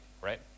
right